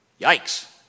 Yikes